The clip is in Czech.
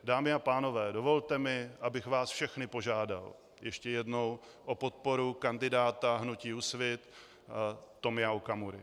Dámy a pánové, dovolte mi, abych vás všechny požádal ještě jednou o podporu kandidáta hnutí Úsvit Tomia Okamury.